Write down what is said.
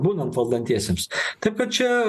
būnant valdantiesiems taip kad čia